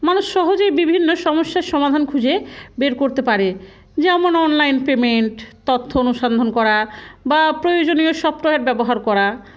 মানুষ সহজেই বিভিন্ন সমস্যার সমাধান খুঁজে বের করতে পারে যেমন অনলাইন পেমেন্ট তথ্য অনুসন্ধান করা বা প্রয়োজনীয় সফটওয়্যার ব্যবহার করা